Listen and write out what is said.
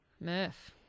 Murph